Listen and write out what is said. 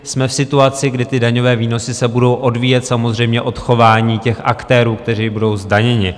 Jsme v situaci, kdy daňové výnosy se budou odvíjet samozřejmě od chování těch, kteří budou zdaněni.